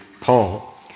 Paul